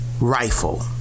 Rifle